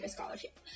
Scholarship